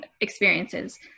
experiences